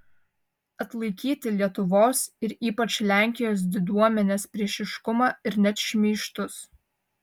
atlaikyti lietuvos ir ypač lenkijos diduomenės priešiškumą ir net šmeižtus